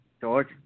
George